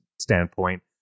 standpoint